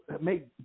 make